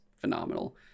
phenomenal